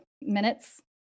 Minutes